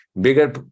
bigger